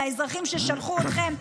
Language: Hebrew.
לאזרחים ששלחו אתכם,